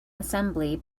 assembly